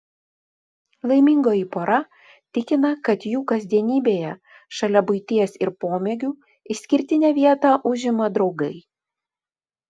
laimingoji pora tikina kad jų kasdienybėje šalia buities ir pomėgių išskirtinę vietą užima draugai